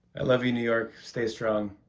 i love you, new york. stay strong.